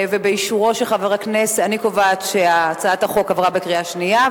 אני קובעת שהצעת החוק עברה בקריאה שנייה.